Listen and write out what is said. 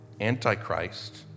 antichrist